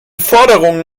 forderungen